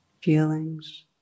feelings